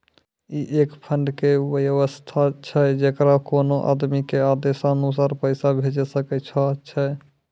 ई एक फंड के वयवस्था छै जैकरा कोनो आदमी के आदेशानुसार पैसा भेजै सकै छौ छै?